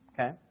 Okay